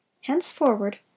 Henceforward